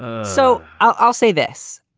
ah so i'll i'll say this.